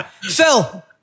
Phil